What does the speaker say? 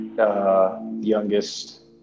Youngest